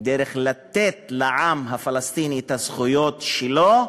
דרך לתת לעם הפלסטיני את הזכויות שלו,